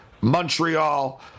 Montreal